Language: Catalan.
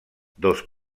dos